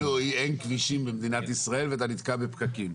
אין כבישים במדינת ישראל ואתה נתקע בפקקים.